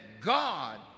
God